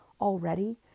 already